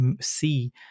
see